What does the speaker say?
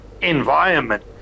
environment